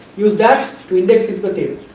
use that to index into the tape.